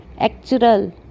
Actual